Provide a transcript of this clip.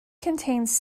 contains